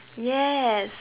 yes